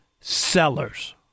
sellers